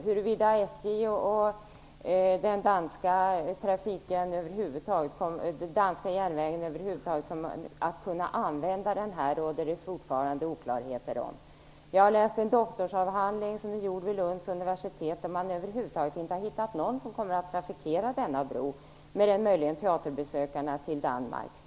Huruvida SJ och dess danska motsvarighet över huvud taget kommer att kunna använda bron råder det fortfarande oklarheter om. Jag har läst en doktorsavhandling, som är gjord vid Lunds universitet, där man inte har hittat någon över huvud taget som kommer att trafikera denna bro, mer än möjligen de teaterbesökare som åker till Danmark.